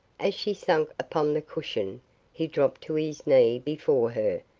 as she sank upon the cushion he dropped to his knee before her,